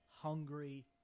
hungry